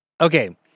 Okay